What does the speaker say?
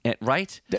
Right